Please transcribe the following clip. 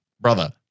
brother